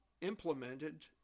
implemented